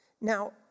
Now